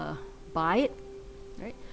buy it alright